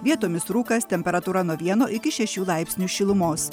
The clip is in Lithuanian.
vietomis rūkas temperatūra nuo vieno iki šešių laipsnių šilumos